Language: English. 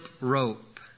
rope